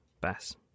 Bass